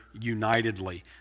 unitedly